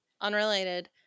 unrelated